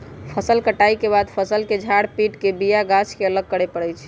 फसल कटाइ के बाद फ़सल के झार पिट के बिया गाछ के अलग करे परै छइ